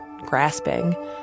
grasping